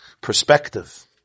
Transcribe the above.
Perspective